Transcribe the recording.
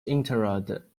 interred